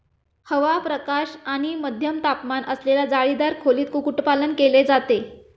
हवा, प्रकाश आणि मध्यम तापमान असलेल्या जाळीदार खोलीत कुक्कुटपालन केले जाते